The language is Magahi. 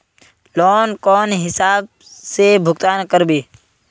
लोन कौन हिसाब से भुगतान करबे?